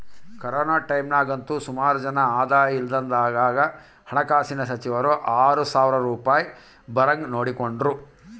corona ಟೈಮ್ನಾಗಂತೂ ಸುಮಾರು ಜನ ಆದಾಯ ಇಲ್ದಂಗಾದಾಗ ಹಣಕಾಸಿನ ಸಚಿವರು ಆರು ಸಾವ್ರ ರೂಪಾಯ್ ಬರಂಗ್ ನೋಡಿಕೆಂಡ್ರು